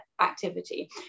activity